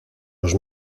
los